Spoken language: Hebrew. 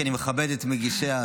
כי אני מכבד את מגישי ההצעות.